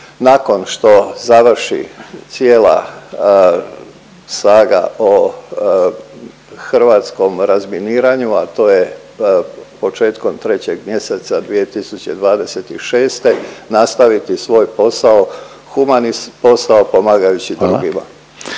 nakon što završi cijela saga o hrvatskom razminiranju, a to je početkom 3. mjeseca 2026., nastaviti svoj posao, humani posao pomagajući drugima.